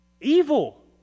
Evil